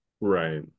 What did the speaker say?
Right